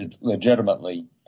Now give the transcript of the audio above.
legitimately